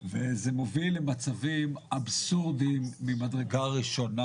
זה מוביל למצבים אבסורדיים ממדרגה ראשונה.